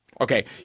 Okay